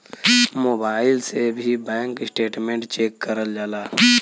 mobile से भी bank statement check करल जाला